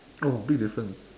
oh big difference